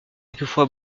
quelquefois